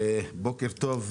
בוקר טוב,